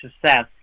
success